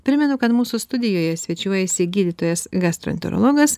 primenu kad mūsų studijoje svečiuojasi gydytojas gastroenterologas